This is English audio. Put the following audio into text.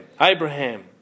Abraham